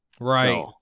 Right